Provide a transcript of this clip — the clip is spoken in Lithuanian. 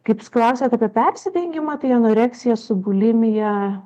kaip jūs klausėt apie persidengimą tai anoreksija su bulimija